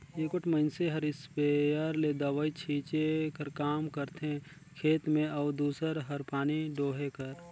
एगोट मइनसे हर इस्पेयर ले दवई छींचे कर काम करथे खेत में अउ दूसर हर पानी डोहे कर